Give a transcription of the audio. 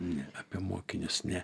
ne apie mokinius ne